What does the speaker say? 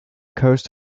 coast